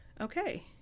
okay